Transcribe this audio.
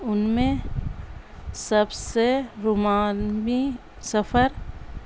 ان میں سب سے رومی سفر